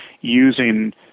using